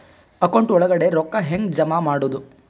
Account ಒಳಗಡೆ ರೊಕ್ಕ ಹೆಂಗ್ ಜಮಾ ಮಾಡುದು?